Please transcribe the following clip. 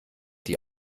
die